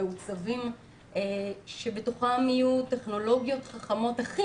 מעוצבים שבתוכם יהיו טכנולוגיות חכמות הכי